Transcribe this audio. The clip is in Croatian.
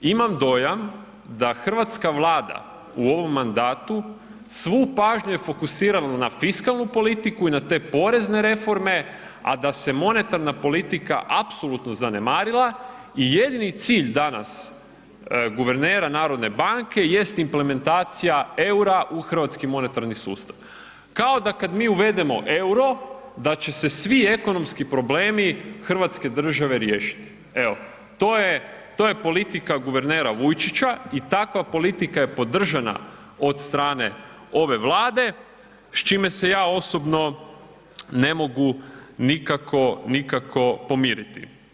Imam dojam da hrvatska Vlada u ovom mandatu svu pažnju je fokusirala na fiskalnu politiku i na te porezne reforme, a da se monetarna politika apsolutno zanemarila i jedini cilj danas guvernera Narodne banke jest implementacija eura u hrvatski monetarni sustav, kao da kada mi uvedemo euro da će se svi ekonomski problemi Hrvatske države riješiti, evo to je politika guvernera Vujčića i takva politika je podržana od strane ove Vlade s čime se ja osobno ne mogu nikako pomiriti.